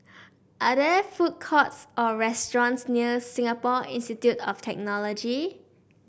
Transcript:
are there food courts or restaurants near Singapore Institute of Technology